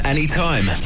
Anytime